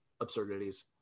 absurdities